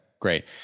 Great